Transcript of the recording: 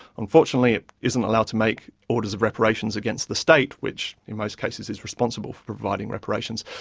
unfortunately it isn't allowed to make orders of reparations against the state, which in most cases is responsible for providing reparations,